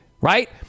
Right